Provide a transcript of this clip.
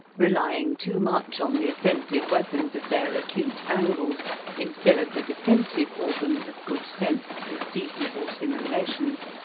relying too much on the offensive weapons of their acute angles instead of the defensive organs of good sense and seasonable simulations,